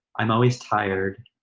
i'm always tired,